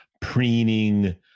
preening